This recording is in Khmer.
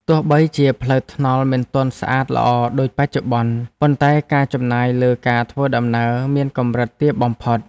ទោះបីជាផ្លូវថ្នល់មិនទាន់ស្អាតល្អដូចបច្ចុប្បន្ន ប៉ុន្តែការចំណាយលើការធ្វើដំណើរមានកម្រិតទាបបំផុត។